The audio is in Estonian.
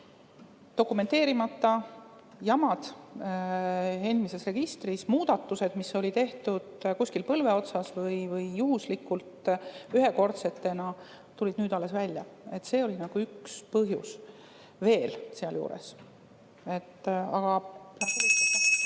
dokumenteerimata jamad eelmises registris, muudatused, mis olid tehtud kuidagi põlve otsas või juhuslikult ühekordsena, tulid alles nüüd välja. See oli üks põhjus veel seal juures. Aga ...